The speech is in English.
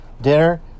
dinner